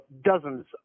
dozens